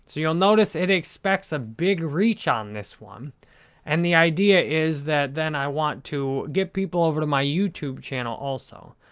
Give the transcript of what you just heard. so you'll notice it expects a big reach on this one and the idea is that then i want to get people over to my youtube channel, also.